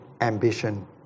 ambition